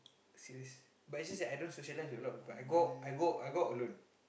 serious but is just that I don't socialize with a lot of people I go I go I go out alone